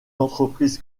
entreprises